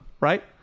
right